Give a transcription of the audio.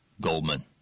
Goldman